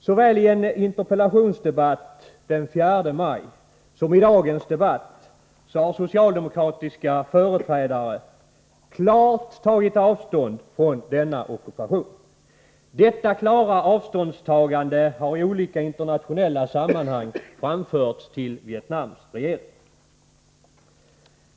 Såväl i en interpellationsdebatt den 4 maj som i dagens debatt har socialdemokratiska företrädare klart tagit avstånd från denna ockupation. Detta klara avståndstagande har i olika internationella sammanhang framförts till Vietnams regering.